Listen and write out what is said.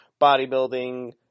bodybuilding